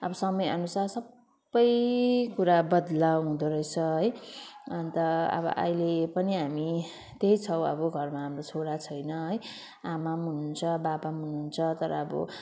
अब समय अनुसार सबै कुरा बद्लाव हुँदो रहेछ है अन्त अब अहिले पनि हामी त्यहीँ छौँ अब घरमा हाम्रो छोरा छैन है आमा पनि हुनुहुन्छ बाबा पनि हुनुहुन्छ तर अब